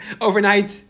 overnight